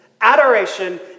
adoration